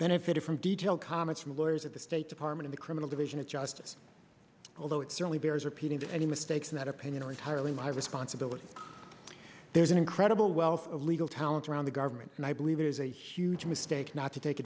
benefited from detailed comments from lawyers at the state department the criminal division of justice although it certainly bears repeating to any mistakes in that opinion are entirely my responsibility there's an incredible wealth of legal talent around the government and i believe it is a huge mistake not to take